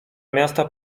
miasta